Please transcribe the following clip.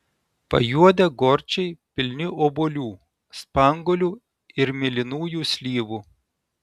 pajuodę gorčiai pilni obuolių spanguolių ir mėlynųjų slyvų